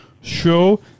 show